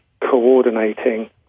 coordinating